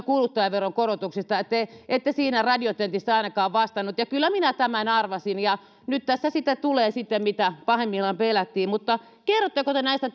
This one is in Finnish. kuluttajaveronkorotuksista ja te ette ainakaan siinä radiotentissä vastannut kyllä minä tämän arvasin ja nyt tässä sitten tulee se mitä pahimmillaan pelättiin kerrotteko te näistä